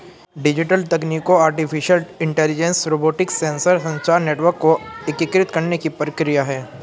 digital तकनीकों artificial intelligence, robotics, sensor, संचार network को एकीकृत करने की प्रक्रिया है